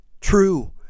true